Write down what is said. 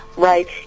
Right